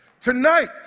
Tonight